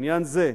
לעניין זה,